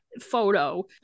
photo